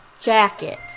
jacket